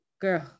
girl